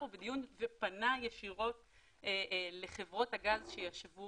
כי אודי אדירי היה פה בדיון ופנה ישירות לחברות הגז שישבו